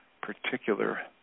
particular